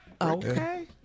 Okay